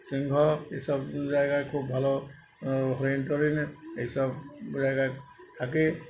সিংহ এইসব জায়গায় খুব ভালো হরিণ টরিণ এইসব জায়গায় থাকে